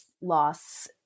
loss